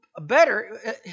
better